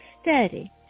steady